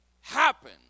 happen